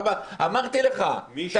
משש עד אחת-עשרה וחצי.